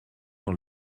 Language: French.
dans